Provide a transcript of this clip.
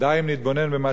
מה שקורה במצרים,